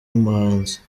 umuhanzi